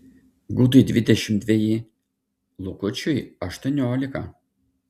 gudui dvidešimt dveji lukučiui aštuoniolika